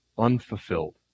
unfulfilled